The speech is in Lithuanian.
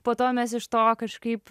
po to mes iš to kažkaip